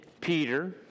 peter